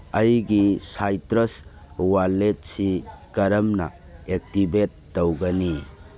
ꯑꯩꯒꯤ ꯁꯥꯏꯇ꯭ꯔꯁ ꯋꯥꯂꯦꯠꯁꯤ ꯀꯔꯝꯅ ꯑꯦꯛꯇꯤꯚꯦꯠ ꯇꯧꯒꯅꯤ